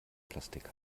plastik